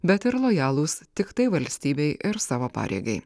bet ir lojalūs tiktai valstybei ir savo pareigai